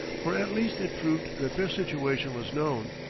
for at least it proved that their situation was known.